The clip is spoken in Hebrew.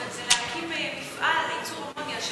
זה להקים מפעל לייצור אמוניה.